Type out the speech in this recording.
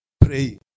Pray